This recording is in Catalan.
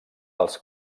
els